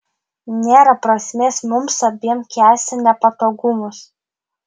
nėra prasmės mums abiem kęsti nepatogumus